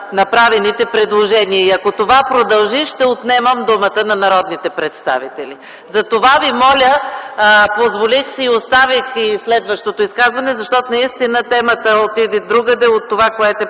направените предложения. Ако това продължи, ще отнемам думата на народните представители. Затова Ви моля, позволих си и оставих и следващото изказване, защото наистина темата отиде другаде от това, което е